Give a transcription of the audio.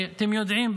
שאתם יודעים,